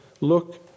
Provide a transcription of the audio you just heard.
look